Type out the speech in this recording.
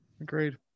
agreed